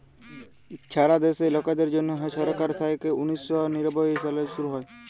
ছারা দ্যাশে লকদের জ্যনহে ছরকার থ্যাইকে উনিশ শ নিরানব্বই সালে শুরু